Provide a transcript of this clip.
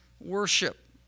worship